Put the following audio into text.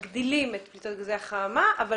אנחנו מגדילים את פליטות גזי החממה אבל